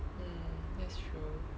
mm that's true